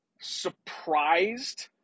surprised